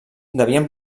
devien